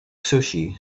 sushi